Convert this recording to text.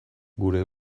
gure